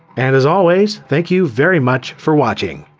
and as always, thank you very much for watching!